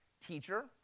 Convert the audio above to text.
Teacher